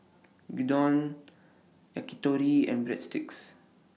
Gyudon Yakitori and Breadsticks